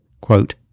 quote